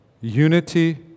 unity